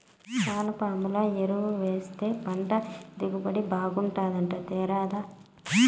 వానపాముల ఎరువేస్తే పంట దిగుబడి బాగుంటాదట తేరాదా